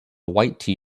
white